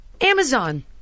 Amazon